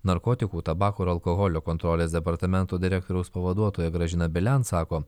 narkotikų tabako ir alkoholio kontrolės departamento direktoriaus pavaduotoja gražina belen sako